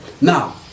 now